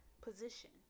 position